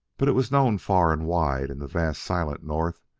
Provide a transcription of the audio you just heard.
but it was known far and wide in the vast silent north,